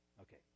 Okay